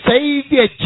Savior